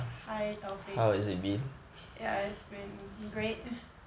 hi taufik ya it's been great